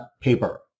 paper